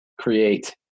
create